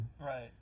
Right